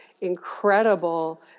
incredible